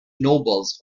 nobles